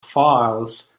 files